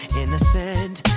innocent